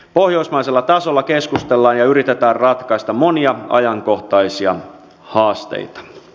pohjoismaisella tasolla keskustellaan ja yritetään ratkaista monia ajankohtaisia haasteita